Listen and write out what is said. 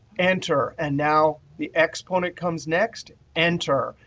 enter. and now the exponent comes next. enter.